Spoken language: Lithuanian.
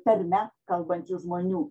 tarme kalbančių žmonių